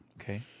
Okay